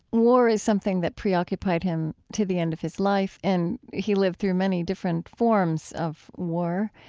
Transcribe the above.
war is something that preoccupied him to the end of his life, and he lived through many different forms of war,